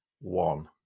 one